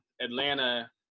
Atlanta